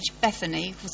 Bethany